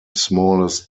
smallest